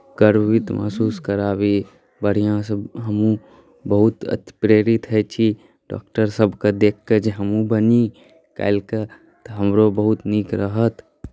गर्वित महसूस कराबी बढ़िआँसँ हमहूँ बहुत प्रेरित होइत छी डॉक्टरसभकेँ देखिके जे हमहूँ बनी काल्हिके तऽ हमरो बहुत नीक रहत